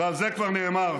ועל זה כבר נאמר: